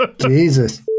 Jesus